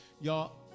Y'all